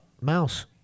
Mouse